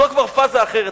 זו כבר פאזה אחרת,